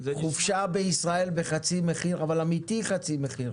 חופשה בישראל בחצי מחיר אבל באמת בחצי מחיר,